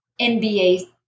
NBA